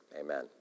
Amen